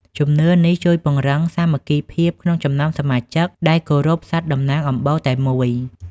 ជំនឿនេះជួយពង្រឹងសាមគ្គីភាពក្នុងចំណោមសមាជិកដែលគោរពសត្វតំណាងអំបូរតែមួយ។